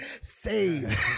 save